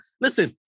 Listen